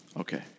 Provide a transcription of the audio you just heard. Okay